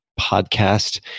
podcast